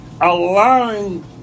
allowing